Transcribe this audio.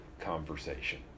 conversation